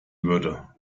würde